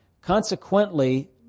Consequently